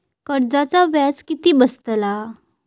कर्जाचा व्याज किती बसतला?